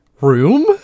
room